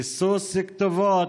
ריסוס כתובות,